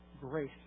grace